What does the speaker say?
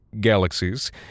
galaxies